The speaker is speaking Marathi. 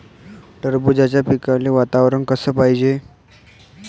टरबूजाच्या पिकाले वातावरन कस पायजे?